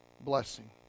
blessing